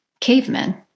cavemen